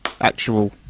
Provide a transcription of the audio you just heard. actual